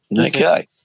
Okay